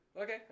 Okay